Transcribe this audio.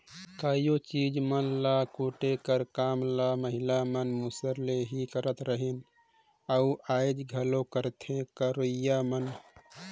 कइयो चीज मन ल कूटे कर काम ल महिला मन मूसर ले ही करत रहिन अउ आएज घलो करथे करोइया मन